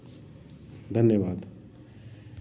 धन्यवाद